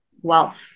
wealth